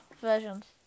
versions